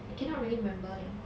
cannot really remember 了